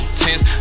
tense